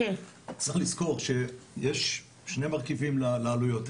צריך לזכור שיש שני מרכיבים לעלויות.